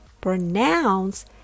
pronounce